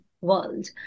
world